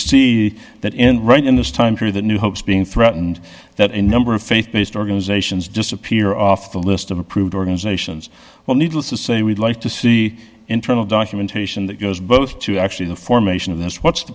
see that in writing this time for the new hopes being threatened that a number of faith based organizations disappear off the list of approved organizations well needless to say we'd like to see internal documentation that goes both to actually the formation of this what's